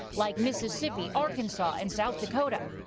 like mississippi, arkansas, and south dakota,